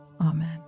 Amen